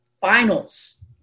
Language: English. finals